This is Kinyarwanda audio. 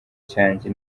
cyanjye